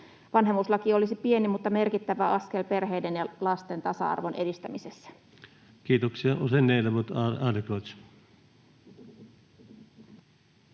Vanhemmuuslaki olisi pieni, mutta merkittävä askel perheiden ja lasten tasa-arvon edistämisessä. Kiitoksia.